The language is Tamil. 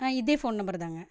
ஆ இதே ஃபோன் நம்பர்தாங்க